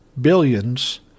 billions